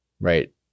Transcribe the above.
right